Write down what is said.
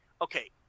Okay